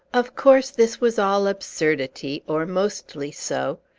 of course this was all absurdity, or mostly so.